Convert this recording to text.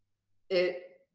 it